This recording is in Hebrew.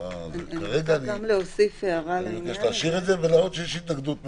כרגע אני מבקש להשאיר את זה למרות שיש התנגדות ממשלתית.